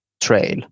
trail